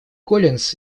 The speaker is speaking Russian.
коллинс